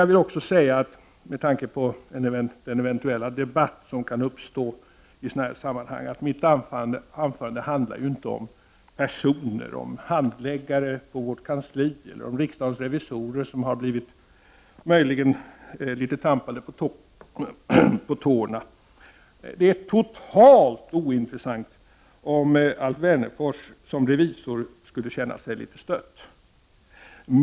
Jag vill också säga, med tanke på den eventuella debatt som kan uppstå i sådana här sammanhang, att mitt anförande inte handlar om personer, om handläggare på vårt kansli eller om riksdagens revisorer, som möjligen har blivit litet trampade på tårna. Det är totalt ointressant om Alf Wennerfors som revisor skulle känna sig litet stött.